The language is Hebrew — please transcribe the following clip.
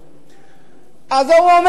אז ההוא,